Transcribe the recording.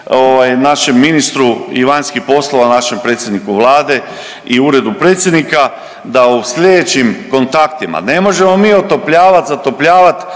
našem ministru i vanjskih poslova, našem predsjedniku Vlade i uredu predsjednika da u slijedećim kontaktima ne možemo mi otopljavati, zatopljavati